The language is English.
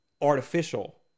artificial